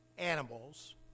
animals